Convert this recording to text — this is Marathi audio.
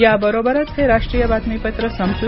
याबरोबरच हे राष्ट्रीय बातमीपत्र संपलं